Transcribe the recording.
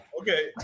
Okay